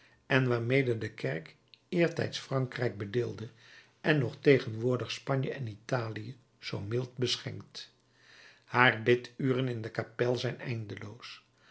en waarmede de kerk eertijds frankrijk bedeelde en nog tegenwoordig spanje en italië zoo mild beschenkt haar bid uren in de kapel zijn eindeloos